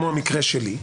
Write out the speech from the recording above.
כמו במקרה שלי.